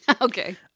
Okay